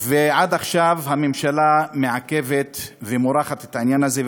ועד עכשיו הממשלה מעכבת ומורחת את העניין הזה.